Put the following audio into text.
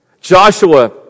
Joshua